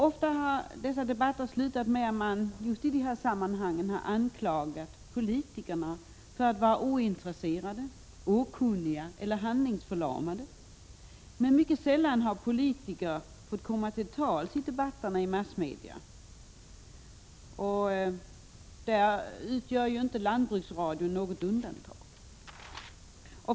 Ofta har dessa debatter slutat med att man har anklagat politikerna för att i de här sammanhangen vara ointresserade, okunniga eller handlingsförlamade, men mycket sällan har politiker fått komma till tals i debatterna i massmedierna. Där utgör inte Lantbruksradion något undantag.